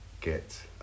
get